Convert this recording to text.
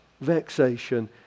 vexation